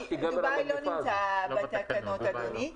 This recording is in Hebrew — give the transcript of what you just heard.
דובאי לא נמצאת בתקנות, אדוני.